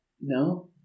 No